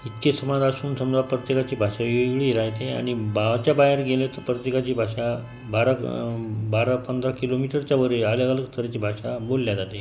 इतके समाज असून समजा प्रत्येकाची भाषा वेगळी राहते आणि बावाच्या बाहेर गेल्याचं प्रत्येकाची भाषा बारा बारा पंधरा किलोमीटरच्या वर अलग अलग तऱ्हेची भाषा बोलली जाते